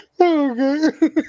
Okay